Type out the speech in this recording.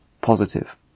positive